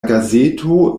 gazeto